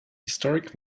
historic